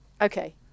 Okay